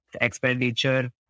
expenditure